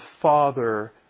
Father